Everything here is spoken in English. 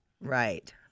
Right